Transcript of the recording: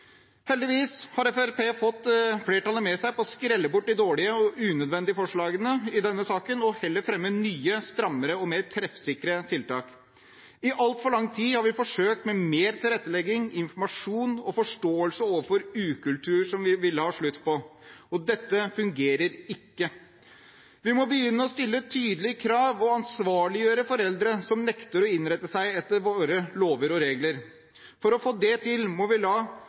Heldigvis har Fremskrittspartiet fått flertallet med seg på å skrelle bort de dårlige og unødvendige forslagene i denne saken og heller fremme nye, strammere og mer treffsikre tiltak. I altfor lang tid har vi forsøkt med mer tilrettelegging, informasjon og forståelse overfor ukultur som vi ville ha slutt på. Dette fungerer ikke. Vi må begynne å stille tydelige krav og ansvarliggjøre foreldre som nekter å innrette seg etter våre lover og regler. For å få det til må vi la